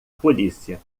polícia